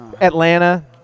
Atlanta